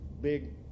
big